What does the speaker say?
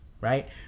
right